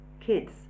kids